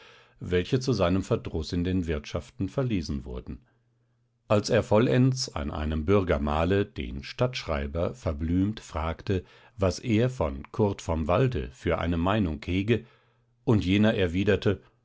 welche zu seinem verdruß in den wirtschaften verlesen wurden als er vollends an einem bürgermahle den stadtschreiber verblümt fragte was er von kurt vom walde für eine meinung hege und jener erwiderte